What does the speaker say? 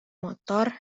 motor